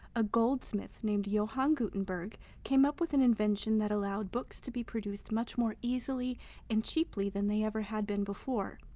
a goldsmith named johann gutenberg came up with an invention that allowed books to be produced much more easily and cheaply than they ever had been before.